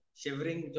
shivering